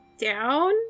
down